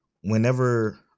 whenever